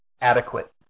adequate